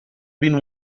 been